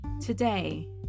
Today